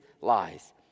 lies